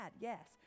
yes